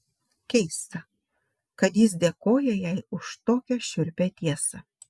keista kad jis dėkoja jai už tokią šiurpią tiesą